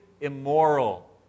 immoral